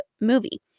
movie